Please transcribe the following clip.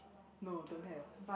no don't have